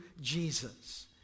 Jesus